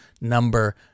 number